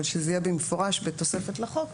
אבל שזה יהיה במפורש בתוספת לחוק,